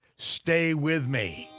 stay with me.